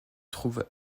trouve